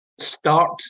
start